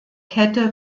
kette